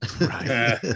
Right